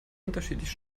unterschiedlich